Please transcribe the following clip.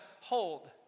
hold